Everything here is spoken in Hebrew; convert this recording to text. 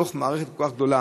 בתוך מערכת כל כך גדולה.